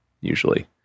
usually